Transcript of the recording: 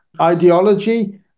ideology